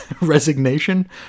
resignation